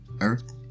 earth